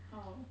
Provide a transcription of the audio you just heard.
oh